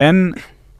אין